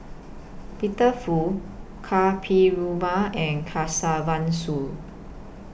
Peter Fu Ka Perumal and Kesavan Soon